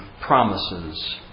promises